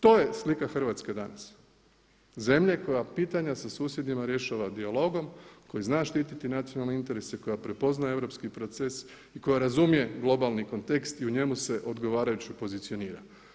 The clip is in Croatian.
To je slika Hrvatske danas, zemlje koja pitanja sa susjedima rješava dijalogom, koji zna štititi nacionalne interese i koja prepoznaje europski proces i koja razumije globalni kontekst i u njemu se odgovarajuće pozicionira.